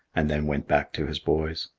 and then went back to his boys.